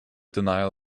denial